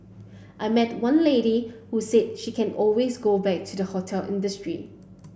I met one lady who said she can always go back to the hotel industry